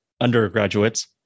undergraduates